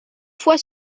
fois